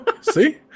See